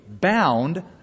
bound